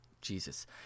Jesus